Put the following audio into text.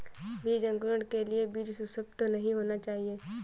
बीज अंकुरण के लिए बीज सुसप्त नहीं होना चाहिए